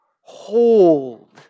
hold